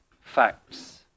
facts